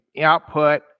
output